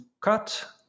cut